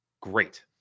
great